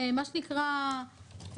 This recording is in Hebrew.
מה שנקרא,